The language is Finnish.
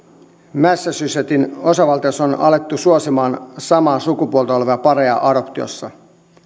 massachusettsin osavaltiossa on alettu suosimaan samaa sukupuolta olevia pareja adoptiossa